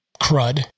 crud